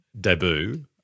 debut